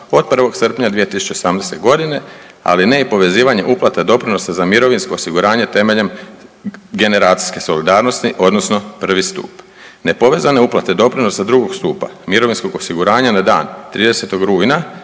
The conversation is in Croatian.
od 1. srpnja 2018.g., ali ne i povezivanje uplata doprinosa za mirovinsko osiguranje temeljem generacijske solidarnosti odnosno prvi stup. Nepovezane uplate doprinosa drugog stupa mirovinskog osiguranja na dan 30. rujna